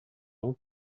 não